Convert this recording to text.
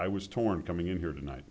i was torn coming in here tonight